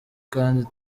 kandi